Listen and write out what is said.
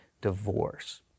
divorce